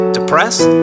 Depressed